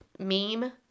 Meme